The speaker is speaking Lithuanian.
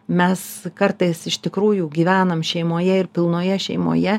mes kartais iš tikrųjų gyvenam šeimoje ir pilnoje šeimoje